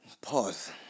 Pause